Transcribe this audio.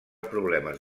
problemes